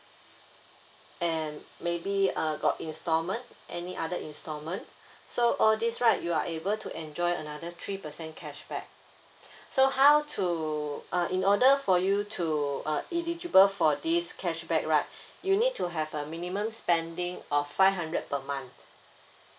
and maybe uh got installment any other installment so all these right you are able to enjoy another three percent cashback so how to uh in order for you to uh eligible for this cashback right you need to have a minimum spending of five hundred per month